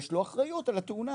יש לו אחריות על התאונה,